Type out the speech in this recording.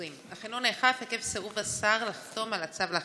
אך אינו נאכף עקב סירוב השר לחתום על הצו לאכיפתו.